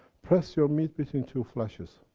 press your meat between two fleshes,